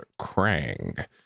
Krang